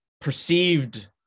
Perceived